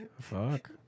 Fuck